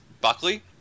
Buckley